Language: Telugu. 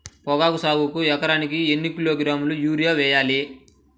పొగాకు సాగుకు ఎకరానికి ఎన్ని కిలోగ్రాముల యూరియా వేయాలి?